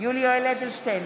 יולי יואל אדלשטיין,